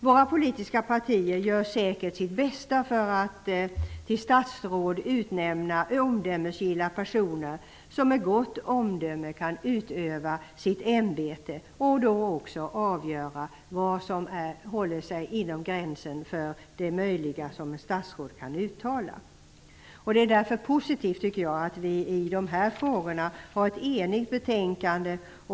Våra politiska partier gör säkert sitt bästa för att till statsråd utnämna omdömesgilla personer som med gott omdöme utövar sitt ämbete, personer som kan avgöra vad som håller sig inom gränsen för det som är möjligt för ett statsråd att uttala. Därför är det positivt att vi i dessa frågor har ett enigt betänkande.